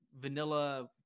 vanilla